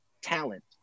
talent